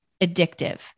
addictive